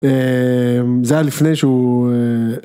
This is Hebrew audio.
זה היה לפני שהוא..